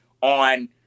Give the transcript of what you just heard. on